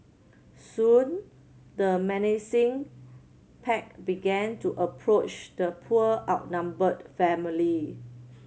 soon the menacing pack began to approach the poor outnumbered family